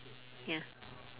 ya